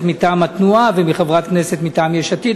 מטעם התנועה ומחברת הכנסת מטעם יש עתיד.